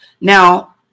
now